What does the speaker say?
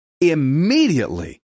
immediately